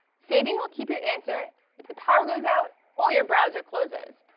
saving will keep your answer if the power goes out, or your browser closes.